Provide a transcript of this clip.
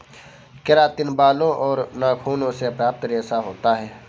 keratin बालों और नाखूनों से प्राप्त रेशा होता है